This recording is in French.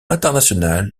international